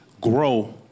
grow